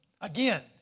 Again